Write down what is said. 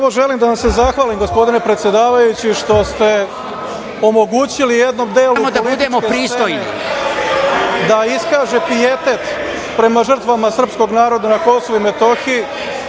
želim da vam se zahvalim, gospodine predsedavajući, što ste omogućili jednom delu političke scene da iskaže pijetet prema žrtvama srpskog narodna na Kosovu i Metohiji,